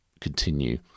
continue